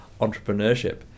entrepreneurship